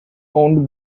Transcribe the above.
owned